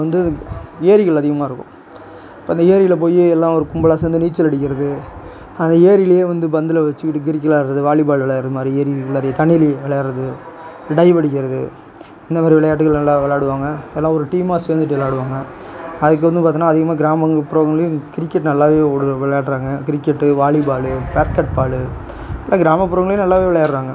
வந்து ஏரிகள் அதிகமாக இருக்கும் இப்போ அந்த ஏரியில் போய் எல்லாம் ஒரு கும்பலாக சேர்ந்து நீச்சல் அடிக்கிறது அந்த ஏரியிலியே வந்து பந்தில் வெச்சு இடுக்கி இடுக்கி விளையாடுறது வாலிபால் விளையாடுற மாதிரி ஏரிகுள்ளாரையே தண்ணிலியே விளையாடுறது டைவ் அடிக்கிறது இந்த மாதிரி விளையாட்டுகள் எல்லாம் விளையாடுவாங்க எல்லா ஒரு டீமாக சேர்ந்துட்டு விளையாடுவாங்க அதுக்கு வந்து பார்த்தோம்னா அதிகமாக கிராமப்புறங்களிலும் கிரிக்கெட் நல்லாவே விளையாடுறாங்க கிரிக்கெட் வாலிபால் பேஸ்கெட் பால் இப்போ கிராமப்புறங்களிலும் நல்லாவே விளையாடுறாங்க